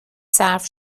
صرف